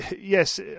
yes